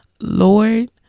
Lord